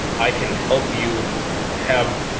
i can help you have,